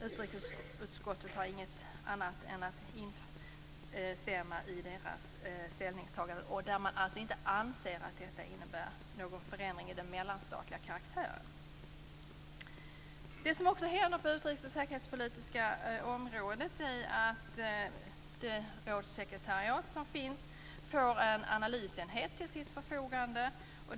Utrikesutskottet instämmer helt i dess ställningstagande att det inte är fråga om någon förändring av beslutsfattandets mellanstatliga karaktär. En annan nyhet på det utrikes och säkerhetspolitiska området är att rådssekretariatet får en analysenhet till sitt förfogande.